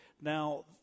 Now –